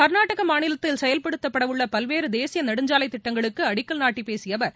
கர்நாடக மாநிலத்தில் செயல்படுத்தப்பட உள்ள பல்வேறு தேசிய நெடுஞ்சாலைத் திட்டங்களுக்கு அடிக்கல் நாட்டி பேசிய அவர்